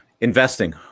investing